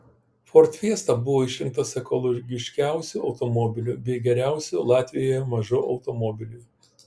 ford fiesta buvo išrinktas ekologiškiausiu automobiliu bei geriausiu latvijoje mažu automobiliu